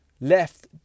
left